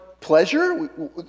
pleasure